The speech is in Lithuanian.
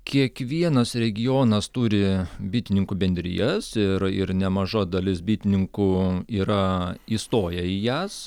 kiekvienas regionas turi bitininkų bendrijas ir ir nemaža dalis bitininkų yra įstoję į jas